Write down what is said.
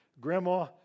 Grandma